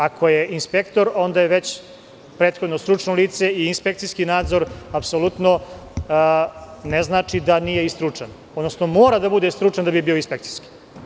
Ako je inspektor, onda je već prethodno stručno lice i inspekcijski nadzor apsolutno ne znači da nije i stručan, odnosno mora da bude stručan da bi bio inspekcijski.